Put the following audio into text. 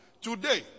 Today